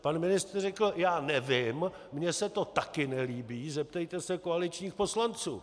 Pan ministr řekl: já nevím, mně se to také nelíbí, zeptejte se koaličních poslanců.